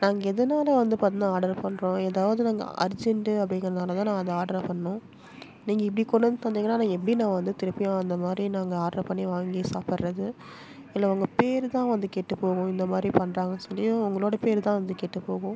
நாங்கள் எதனால் வந்து பார்த்தோம்னா ஆடர் பண்ணுறோம் ஏதாவது நாங்கள் அர்ஜெண்ட்டு அப்படிங்கிறதுனால தான் நாங்கள் அந்த ஆடர பண்ணோம் நீங்கள் இப்படி கொண்டு வந்து தந்திங்கனா நான் எப்படி நாங்கள் வந்து திருப்பியும் அந்த மாதிரி நாங்கள் ஆட்ரு பண்ணி வாங்கி சாப்பிட்றது இதில் உங்கள் பேர் தான் வந்து கெட்டுப்போகும் இந்த மாதிரி பண்ணுறாங்கன்னு சொல்லி உங்களோட பேர் தான் வந்து கெட்டுப்போகும்